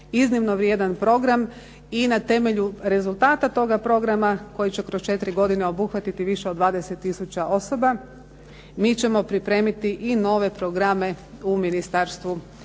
iznimno vrijedan program i na temelju rezultata toga programa koji će kroz 4 godine obuhvatiti više od 20 tisuća osoba, mi ćemo pripremiti i nove programe u Ministarstvu